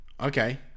Okay